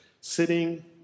sitting